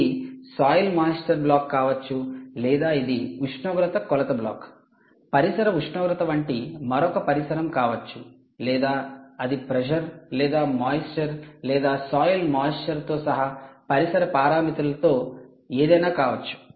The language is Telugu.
ఇది సాయిల్ మాయిస్చర్ బ్లాక్ కావచ్చు లేదా ఇది ఉష్ణోగ్రత కొలత బ్లాక్ పరిసర ఉష్ణోగ్రత వంటి మరొక పరిసరం కావచ్చు లేదా అది ప్రెషర్ లేదా మాయిస్చర్ లేదా సాయిల్ మాయిస్చర్తో సహా పరిసర పారామితులలో ఏదైనా కావచ్చు